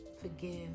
Forgive